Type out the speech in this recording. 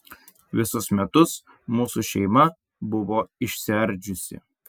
visus metus mūsų šeima buvo išsiardžiusi